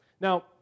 Now